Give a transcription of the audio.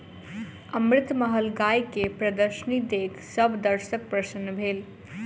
अमृतमहल गाय के प्रदर्शनी देख सभ दर्शक प्रसन्न भेल